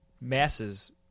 masses